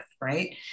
right